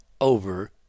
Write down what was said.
over